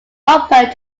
opened